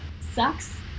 Sucks